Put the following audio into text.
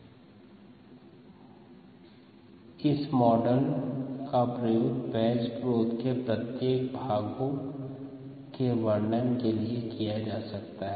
1xdxdtμ इस मॉडल का प्रयोग बैच ग्रोथ के प्रत्येक भागों के वर्णन के लिए किया जा सकता है